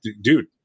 dude